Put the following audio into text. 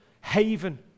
haven